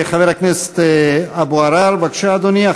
חבר הכנסת אבו עראר, בבקשה, אדוני.